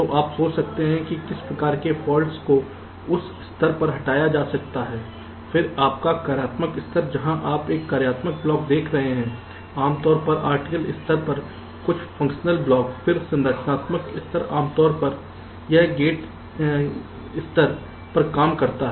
तो आप सोच सकते हैं कि किस प्रकार के फॉल्ट्स को उस स्तर पर हटाया जा सकता है फिर आपका कार्यात्मक स्तर जहां आप एक कार्यात्मक ब्लॉक देख रहे हैं आमतौर पर RTL स्तर पर कुछ फ़ंक्शनल ब्लॉक फिर संरचनात्मक स्तर आमतौर पर यह गेट स्तर पर काम करता है